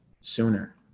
sooner